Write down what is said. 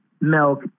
milk